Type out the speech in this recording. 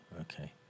Okay